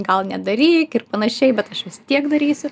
gal nedaryk ir panašiai bet aš vis tiek darysiu